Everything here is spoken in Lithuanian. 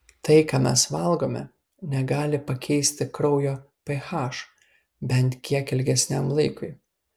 tai ką mes valgome negali pakeisti kraujo ph bent kiek ilgesniam laikui